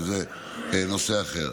שזה נושא אחר.